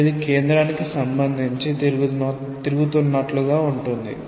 so ఇది కేంద్రానికి సంబంధించి తిరుగుతున్నట్లుగా ఉంటుంది